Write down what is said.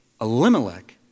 Elimelech